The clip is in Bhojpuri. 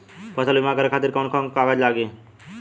फसल बीमा करे खातिर कवन कवन कागज लागी?